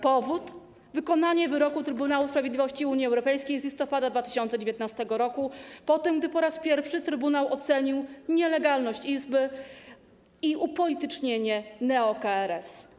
Powód: wykonanie wyroku Trybunału Sprawiedliwości Unii Europejskiej z listopada 2019 r., po tym, gdy po raz pierwszy Trybunał ocenił nielegalność izby i upolitycznienie neo-KRS.